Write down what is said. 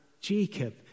Jacob